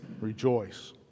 rejoice